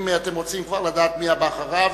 אם אתם רוצים לדעת מי בא אחריו,